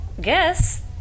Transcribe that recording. guess